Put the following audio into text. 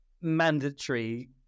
mandatory